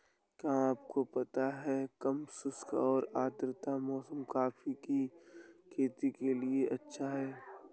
क्या आपको पता है कम शुष्क और आद्र मौसम कॉफ़ी की खेती के लिए अच्छा है?